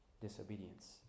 disobedience